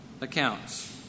accounts